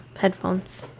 headphones